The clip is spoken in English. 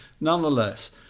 Nonetheless